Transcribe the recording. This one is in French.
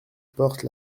porte